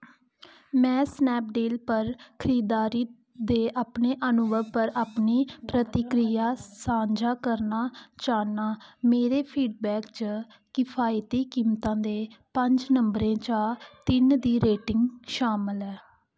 में स्नैपडील पर खरीददारी दे अपने अनुभव पर अपनी प्रतिक्रिया सांझा करना चाह्न्नां मेरे फीडबैक च किफायती कीमतां ते पंज नम्बरें चा तिन्न दी रेटिंग शामल ऐ